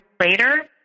later